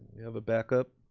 you have a backup?